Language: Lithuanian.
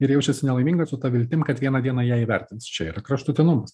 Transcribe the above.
ir jaučiasi nelaiminga su ta viltim kad vieną dieną ją įvertins yra kraštutinumus